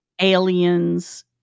aliens